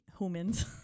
Humans